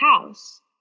house